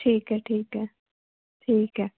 ਠੀਕ ਹੈ ਠੀਕ ਹੈ ਠੀਕ ਹੈ